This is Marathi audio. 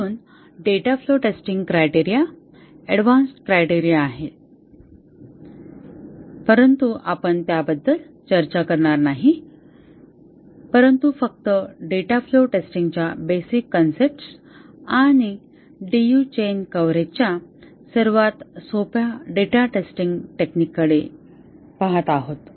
अजून data flow testing criteria advanced criteria आहे परंतु आपण त्याबद्दल चर्चा करणार नाही परंतु फक्त डेटा फ्लो टेस्टिंगच्या बेसिक कन्सेप्ट आणि डीयू चेन कव्हरेजच्या सर्वात सोप्या डेटा टेस्टिंग टेक्निककडे पाहत आहोत